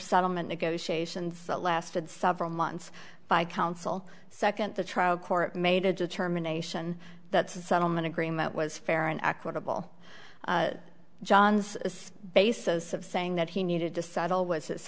settlement negotiations that lasted several months by counsel second the trial court made a determination that settlement agreement was fair and equitable john's basis of saying that he needed to settle was his